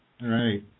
Right